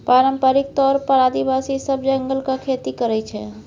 पारंपरिक तौर पर आदिवासी सब जंगलक खेती करय छै